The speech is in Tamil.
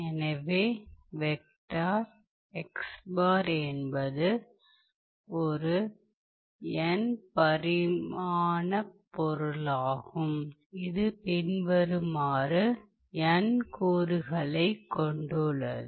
எனவே வெக்டர் என்பது ஒரு n பரிமாணப் பொருளாகும் இது பின்வருமாறு n கூறுகளைக் கொண்டுள்ளது